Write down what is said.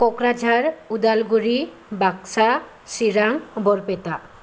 Kokrajhar Udalguri Baksa Chirang Barpeta